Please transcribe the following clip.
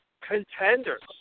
contenders